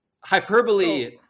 hyperbole